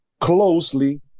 closely